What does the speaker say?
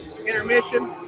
intermission